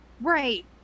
Right